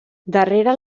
darrere